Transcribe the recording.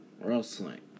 wrestling